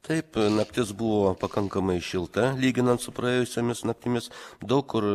taip naktis buvo pakankamai šilta lyginant su praėjusiomis naktimis daug kur